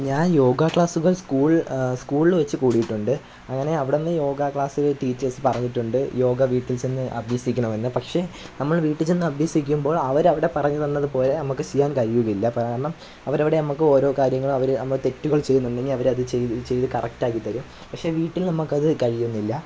ഞാൻ യോഗ ക്ലാസുകൾ സ്കൂൾ സ്കൂളിൽ വച്ച് കൂടിയിട്ടുണ്ട് അങ്ങനെ അവിടെ നിന്ന് യോഗ ക്ലാസ്സിൽ ടീച്ചേഴ്സ്സ് പറഞ്ഞിട്ടുണ്ട് യോഗ വീട്ടിൽ ചെന്ന് അഭ്യസിക്കണമെന്ന് പക്ഷെ നമ്മൾ വീട്ടിൽ ചെന്ന് അഭ്യസിക്കുമ്പോൾ അവർ അവിടെ പറഞ്ഞു തന്നത് പോലെ നമുക്ക് ചെയ്യാൻ കഴിയുന്നില്ല കാരണം അവർ അവിടെ നമുക്ക് ഓരോ കാര്യങ്ങൾ അവർ നമ്മള് തെറ്റുകൾ ചെയ്യുന്നുണ്ടെങ്കിൽ അവർ അത് ചെയ്ത് ഇത് ചെയ്ത് കറക്റ്റ് ആക്കിത്തരും പക്ഷെ വീട്ടിൽ നമുക്ക് അത് കഴിയുന്നില്ല